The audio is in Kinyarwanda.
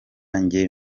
njye